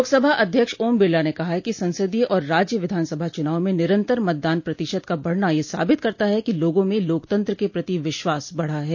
लोकसभा अध्यक्ष ओम बिरला ने कहा है कि संसदीय और राज्य विधानसभा चुनावों में निरन्तर मतदान प्रतिशत का बढ़ना यह साबित करता है कि लोगों में लोकतंत्र के प्रति विश्वास बढ़ा है